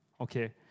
okay